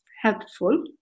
helpful